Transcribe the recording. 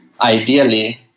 ideally